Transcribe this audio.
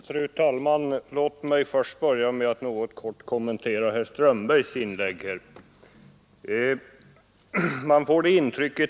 Fru talman! Låt mig börja med att kort kommentera herr Strömbergs inlägg.